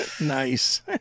Nice